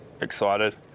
excited